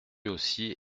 aussi